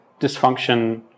dysfunction